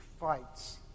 fights